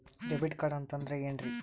Debit card ಅಂತಂದ್ರೆ ಏನ್ರೀ?